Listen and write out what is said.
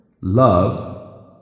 love